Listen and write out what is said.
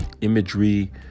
imagery